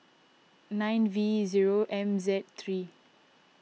nine V zero M Z three